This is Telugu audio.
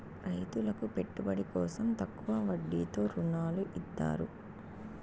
రైతులకు పెట్టుబడి కోసం తక్కువ వడ్డీతో ఋణాలు ఇత్తారు